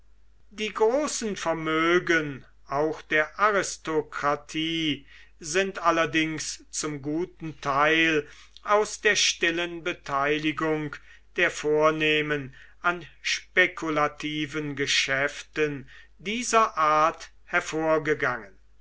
die großen vermögen auch der aristokratie sind allerdings zum guten teil aus der stillen beteiligung der vornehmen an spekulativen geschäften dieser art hervorgegangen